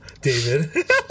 David